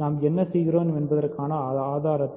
நான் என்ன செய்கிறேன் என்பதற்கான ஆதாரத்தை